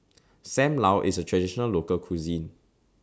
SAM Lau IS A Traditional Local Cuisine